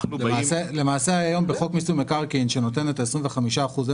למעשה היום בחוק מיסוי מקרקעין שנותן את ה-25 אחוזי